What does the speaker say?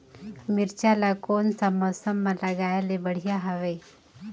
मिरचा ला कोन सा मौसम मां लगाय ले बढ़िया हवे